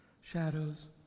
shadows